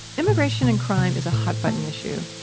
immigration and crime is a hot button issue.